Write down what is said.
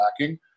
lacking